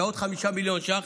בעוד 5 מיליון ש"ח,